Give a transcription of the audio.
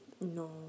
No